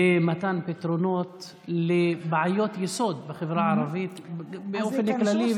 למתן פתרונות לבעיות יסוד בחברה הערבית באופן כללי ובנגב.